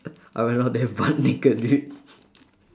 I went out there butt naked dude